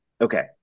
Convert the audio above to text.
okay